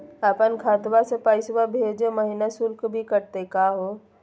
अपन खतवा से पैसवा भेजै महिना शुल्क भी कटतही का हो?